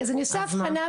אז מה?